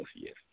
yes